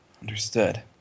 Understood